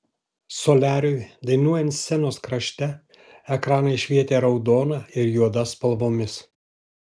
soliariui dainuojant scenos krašte ekranai švietė raudona ir juoda spalvomis